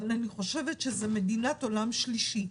אני חושבת שזה מדינת עולם שלישי.